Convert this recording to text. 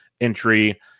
entry